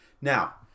Now